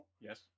Yes